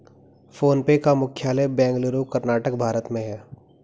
phone पे का मुख्यालय बेंगलुरु, कर्नाटक, भारत में है